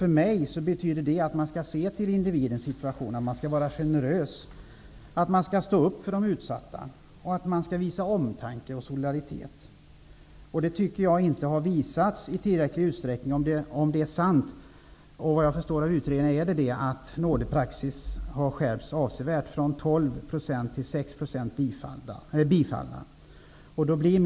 För mig betyder det att man skall se till individens situation, att man skall stå upp för de utsatta och att man skall visa omtanke och solidaritet. Det tycker jag inte har visats i tillräcklig utsträckning, om det är sant -- vilket jag förstår av utredningen -- att nådepraxis har skärpts avsevärt från 12 % till 6 % bifallna ansökningar.